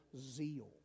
zeal